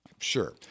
sure